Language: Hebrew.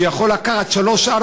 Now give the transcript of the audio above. שיכול לקחת שלוש שנים,